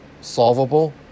solvable